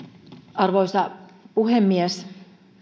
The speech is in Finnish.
arvoisa puhemies